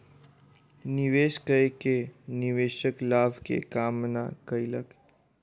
निवेश कय के निवेशक लाभ के कामना कयलक